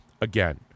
Again